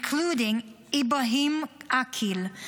Including Ibrahim Aqil,